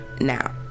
Now